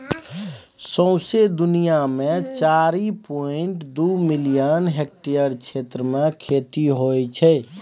सौंसे दुनियाँ मे चारि पांइट दु मिलियन हेक्टेयर क्षेत्र मे खेती होइ छै